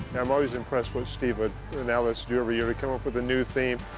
i'm always impressed what steve ah and alice do every year. they come up with a new theme.